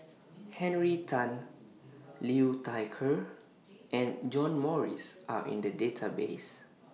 Henry Tan Liu Thai Ker and John Morrice Are in The Database